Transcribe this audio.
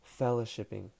fellowshipping